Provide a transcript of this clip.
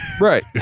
Right